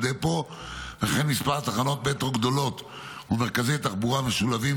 אחרי מספר תחנות מטרו גדולות ומרכזי תחבורה משולבים.